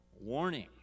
warning